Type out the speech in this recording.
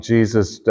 Jesus